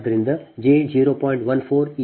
ಆದ್ದರಿಂದ jಜೆ 0